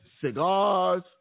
cigars